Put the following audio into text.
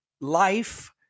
life